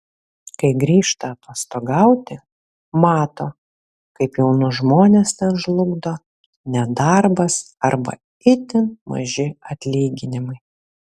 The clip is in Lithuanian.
kai grįžta atostogauti mato kaip jaunus žmones ten žlugdo nedarbas arba itin maži atlyginimai